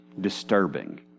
disturbing